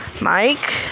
Mike